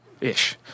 ish